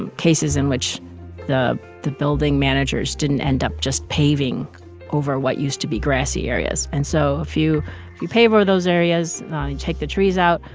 and cases in which the the building managers didn't end up just paving over what used to be grassy areas. and so if you you pave over those areas, you take the trees out,